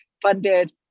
funded